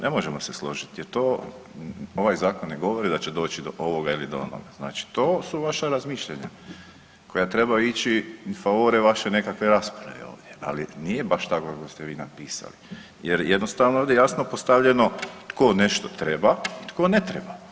Ne možemo se složiti jer to, ovaj Zakon ne govori da će doći do ovoga ili do onoga, znači to su vaša razmišljanja koja trebaju ići in favore vaše nekakve rasprave ovdje, ali nije baš tako kako ste vi napisali jer jednostavno ovdje je jasno postavljeno tko nešto treba i tko ne treba.